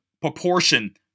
proportion